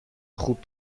خوب